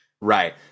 Right